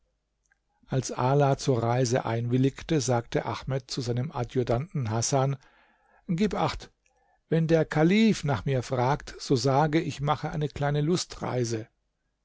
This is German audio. als ala zur reise einwilligte sagte ahmed zu seinem adjutanten hasan gib acht wenn der kalif nach mir fragt so sage ich mache eine kleine lustreise